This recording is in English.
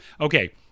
Okay